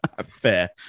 fair